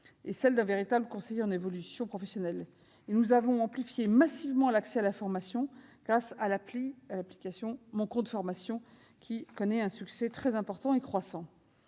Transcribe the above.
et celle d'un véritable conseil en évolution professionnelle. Nous avons amplifié massivement l'accès à la formation grâce à l'application « Mon compte formation », qui connaît un succès très important et croissant.